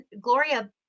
Gloria